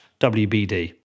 WBD